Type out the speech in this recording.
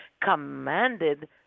commanded